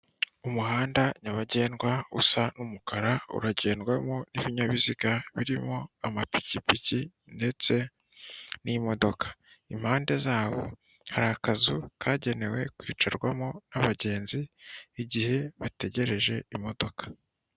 Umuhanda nyabagendwa usa n'umukara uragendwamo n'ibinyabiziga birimo amapikipiki ndetse n'imodoka. Impande zabo hari akazu kagenewe kwicarwamo'abagenzi igihe bategereje imodoka.